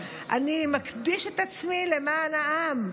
אני מקדיש את עצמי למען העם.